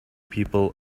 people